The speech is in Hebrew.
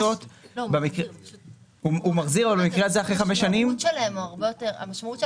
הוא מחזיר אבל במקרה הזה אחרי חמש שנים --- המשמעות של